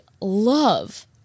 love